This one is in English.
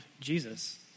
Jesus